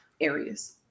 areas